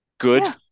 good